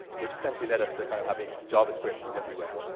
which essentially led us to kind of having javascript everywhere.